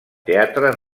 teatre